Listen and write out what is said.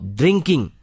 drinking